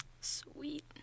Sweet